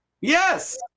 Yes